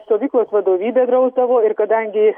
stovyklos vadovybė drausdavo ir kadangi